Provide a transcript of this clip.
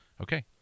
okay